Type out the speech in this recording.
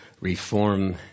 reform